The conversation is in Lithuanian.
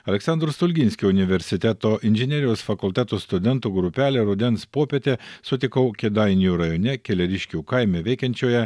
aleksandro stulginskio universiteto inžinerijos fakulteto studentų grupelę rudens popietę sutikau kėdainių rajone keleriškių kaime veikiančioje